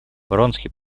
вронский